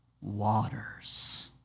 waters